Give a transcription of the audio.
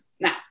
Now